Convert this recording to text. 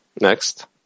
Next